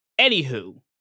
Anywho